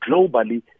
globally